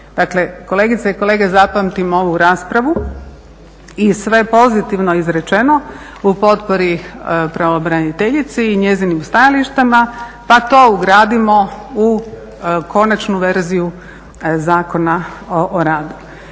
kolegice i kolege zapamtimo ovu raspravu i sve pozitivno izrečeno u potpori pravobraniteljici i njezinim stajalištima, pa to ugradimo u konačnu verziju Zakona o radu.